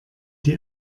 die